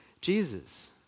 Jesus